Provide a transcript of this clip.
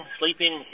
sleeping